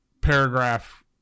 paragraph